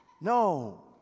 no